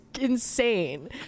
insane